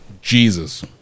Jesus